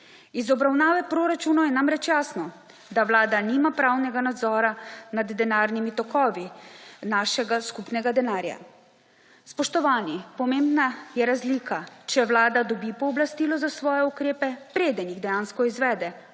Iz obravnave proračunov je namreč jasno, da Vlada nima pravnega nadzora nad denarnimi tokovi našega skupnega denarja. Spoštovani, pomembna razlika je, ali Vlada dobi pooblastilo za svoje ukrepe, preden jih dejansko izvede,